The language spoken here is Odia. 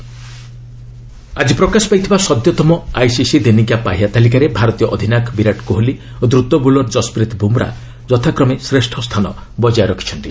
ଆଇସିସି ର୍ଯାଙ୍କିଙ୍ଗ୍ ଆଜି ପ୍ରକାଶ ପାଇଥିବା ସଦ୍ୟତମ ଆଇସିସି ଦିନିକିଆ ପାହ୍ୟା ତାଲିକାରେ ଭାରତୀୟ ଅଧିନାୟକ ବିରାଟ୍ କୋହଲି ଓ ଦ୍ରତ ବୋଲର ଜସ୍ପ୍ରୀତ୍ ବୁମରା ଯଥାକ୍ରମେ ଶ୍ରେଷ୍ଠ ସ୍ଥାନ ବକାୟ ରଖିଛନ୍ତି